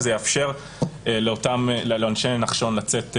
וזה יאפשר לאנשי נחשון לצאת מהחדר.